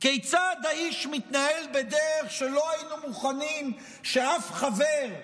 כיצד האיש מתנהל בדרך שלא היינו מוכנים שאף חבר,